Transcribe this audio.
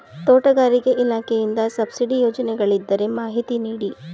ತೋಟಗಾರಿಕೆ ಇಲಾಖೆಯಿಂದ ಸಬ್ಸಿಡಿ ಯೋಜನೆಗಳಿದ್ದರೆ ಮಾಹಿತಿ ನೀಡಿ?